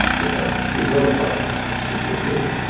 you know, it was very hard for her to speak with me.